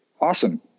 Awesome